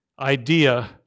idea